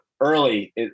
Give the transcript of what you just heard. early